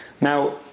Now